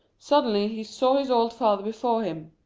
suddenly he saw his old father before him.